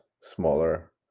smaller